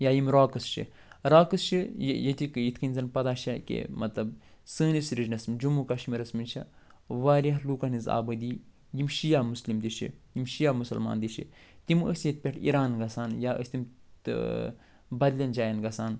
یا یِم راکٕس چھِ راکٕس چھِ یِتھ کٔنۍ زن پتہ چھا کہِ مطلب سٲنِس رِجنس جموں کشمیٖرَس منٛز چھےٚ وارِیاہ لُکن ہِنٛز آبٲدی یِم شِیاہ مُسلِم تہِ چھِ یِم شِیاہ مُسلمان تہِ چھِ تِم ٲسۍ ییٚتہِ پٮ۪ٹھ اِیٖران گَژھان یا ٲسۍ تِم تہٕ بدلن جاین گَژھان